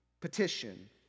petition